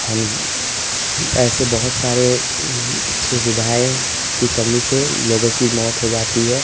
हम हम ऐसे बहुत सारे सुविधाएँ की कमी से लोगों की मौत हो जाती है